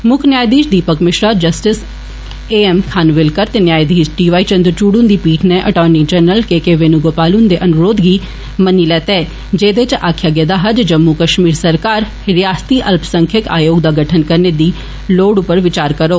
मुक्ख न्यांधीष Dipak Misra justice A M Khanwilkar ते जस्टिस डी वाई चंद्रचूड हुन्दी पीठ नै attorney general K K Venugopal हुन्दे अनुरोध गी मन्नी लैता ऐ जैदे च आक्खेआ गेया ऐ जे जम्मू कष्मीर सरकार रियासती अल्पसंख्यक आयोग दा गठन करने दी लोड़ पर विचार करोग